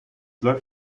läuft